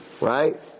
right